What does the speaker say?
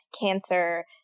cancer